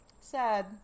sad